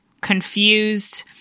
confused